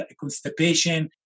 constipation